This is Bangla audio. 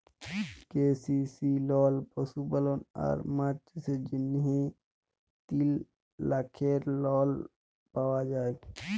কে.সি.সি লল পশুপালল আর মাছ চাষের জ্যনহে তিল লাখের লল পাউয়া যায়